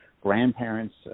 grandparents